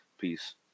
Peace